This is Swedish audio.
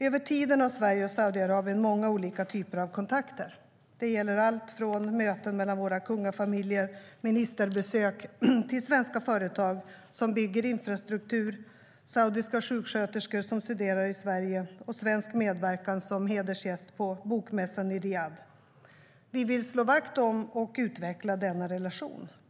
Över tiden har Sverige och Saudiarabien många olika typer av kontakter. Det gäller allt från möten mellan våra kungafamiljer och ministerbesök till svenska företag som bygger infrastruktur, saudiska sjuksköterskor som studerar i Sverige och svensk medverkan som hedersgäst på bokmässan i Riyadh. Vi vill slå vakt om och utveckla denna relation.